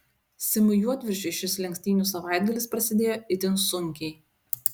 simui juodviršiui šis lenktynių savaitgalis prasidėjo itin sunkiai